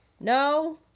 No